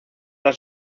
las